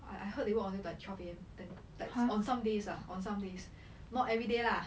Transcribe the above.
I I heard they work until like twelve A_M like on some days lah on some days not everyday lah